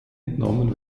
entnommen